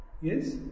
Yes